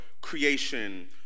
creation